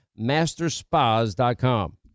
masterspas.com